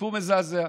סיפור מזעזע.